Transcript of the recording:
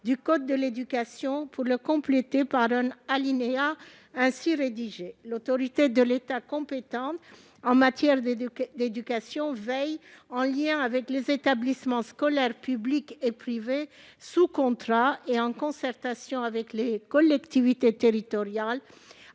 du code de l'éducation pour le compléter par un alinéa ainsi rédigé :« L'autorité de l'État compétente en matière d'éducation veille, en lien avec les établissements scolaires publics et privés sous contrat et en concertation avec les collectivités territoriales,